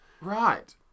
Right